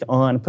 on